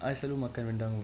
I selalu makan rendang